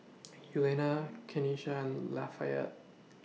Eulalia Kanesha and Lafayette